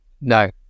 No